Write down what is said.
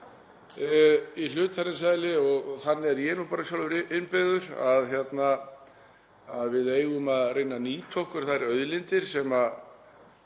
í hlutarins eðli og þannig er ég nú bara sjálfur innbyggður að við eigum að reyna að nýta okkur þær auðlindir sem við